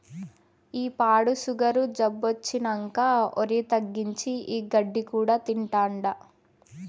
ఈ పాడు సుగరు జబ్బొచ్చినంకా ఒరి తగ్గించి, ఈ గడ్డి కూడా తింటాండా